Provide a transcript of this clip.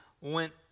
went